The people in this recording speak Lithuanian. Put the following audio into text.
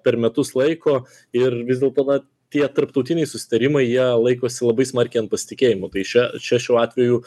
per metus laiko ir vis dėlto na tie tarptautiniai susitarimai jie laikosi labai smarkiai ant pasitikėjimo tai šia čia šiuo atveju